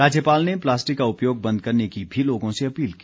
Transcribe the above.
राज्यपाल ने प्लास्टिक का उपयोग बंद करने की भी लोगों से अपील की